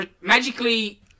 magically